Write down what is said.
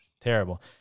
terrible